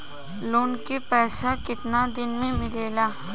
Loan के पैसा कितना दिन मे मिलेला?